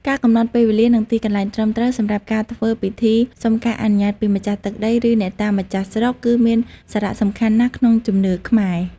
ការកំណត់ពេលវេលា និងទីកន្លែងត្រឹមត្រូវសម្រាប់ការធ្វើពិធីសុំការអនុញ្ញាតពីម្ចាស់ទឹកដី ឬអ្នកតាម្ចាស់ស្រុក គឺមានសារៈសំខាន់ណាស់ក្នុងជំនឿខ្មែរ។